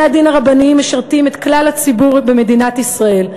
בתי-הדין הרבניים משרתים את כלל הציבור במדינת ישראל,